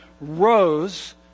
rose